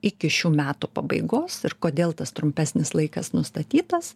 iki šių metų pabaigos ir kodėl tas trumpesnis laikas nustatytas